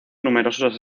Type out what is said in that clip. numerosos